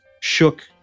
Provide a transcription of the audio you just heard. shook